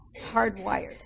hardwired